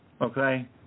okay